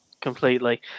completely